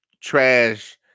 trash